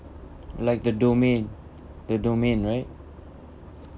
like the domain the domain right